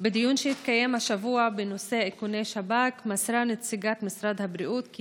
בדיון שהתקיים השבוע בנושא איכוני שב"כ מסרה נציגת משרד הבריאות כי